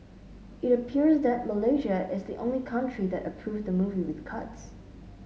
it appears that Malaysia is the only country that approved the movie with cuts